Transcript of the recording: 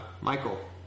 Michael